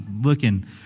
looking